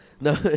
No